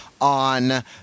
on